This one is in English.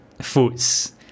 foods